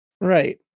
Right